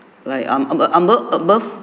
like I'm a a above